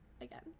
Again